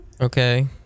Okay